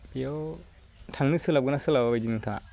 बेयाव थांनो सोलाबगोनना सोलाबा बायदि नोंथाङा